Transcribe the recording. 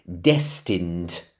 destined